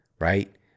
right